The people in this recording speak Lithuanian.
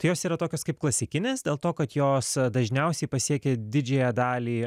tai jos yra tokios kaip klasikinės dėl to kad jos dažniausiai pasiekia didžiąją dalį